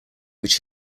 which